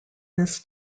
this